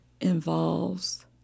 involves